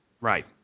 Right